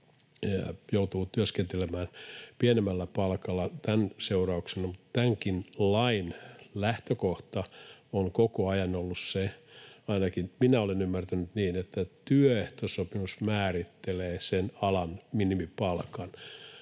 joutuu työskentelemään pienemmällä palkalla tämän seurauksena. Mutta tämänkin lain lähtökohta on koko ajan ollut se — ainakin minä olen ymmärtänyt niin — että työehtosopimus määrittelee sen alan minimipalkan,